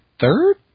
third